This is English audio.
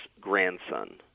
grandson